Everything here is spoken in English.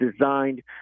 designed